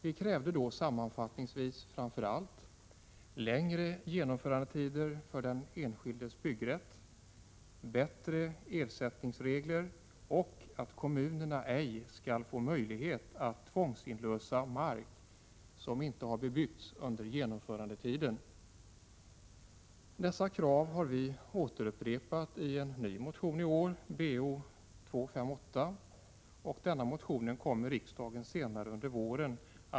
Vi krävde då sammanfattningsvis framför allt längre genomförandetider för den enskildes byggrätt, bättre ersättningsregler och att kommunerna ej skall få möjlighet att tvångsinlösa mark, som inte har bebyggts under genomförandetiden. Dessa krav har vi upprepat i en ny motion i år, Bo258. Denna motion kommer riksdagen att behandla under våren.